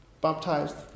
baptized